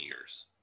years